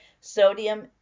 Sodium